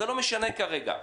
לא משנה כרגע.